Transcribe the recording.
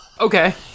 Okay